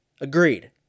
Agreed